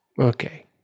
Okay